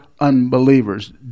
unbelievers